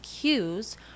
cues